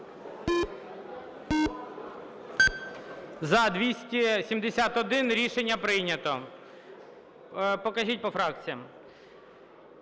За-271 Рішення прийнято. Покажіть по фракціям.